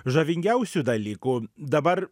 žavingiausių dalykų dabar